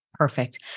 Perfect